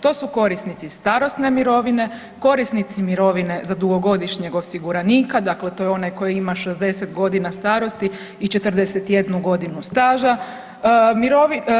To su korisnici starosne mirovine, korisnice mirovine za dugogodišnjeg osiguranika, dakle to je onaj koji ima 60.g. starosti i 41.g. staža,